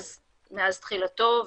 רבים שנוגעים למאבק בקורונה מאז תחילתו,